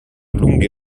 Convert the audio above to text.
lunghe